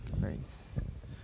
Nice